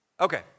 okay